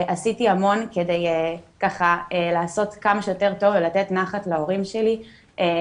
עשיתי המון כדי לעשות כמה שיותר טוב ולתת נחת להורים שלי.